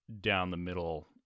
down-the-middle